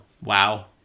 Wow